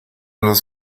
los